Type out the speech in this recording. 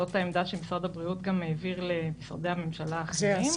זאת העמדה שמשרד הבריאות גם העביר למשרדי הממשלה האחרים.